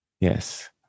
Yes